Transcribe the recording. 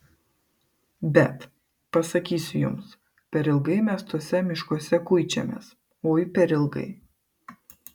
bet pasakysiu jums per ilgai mes tuose miškuose kuičiamės oi per ilgai